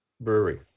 brewery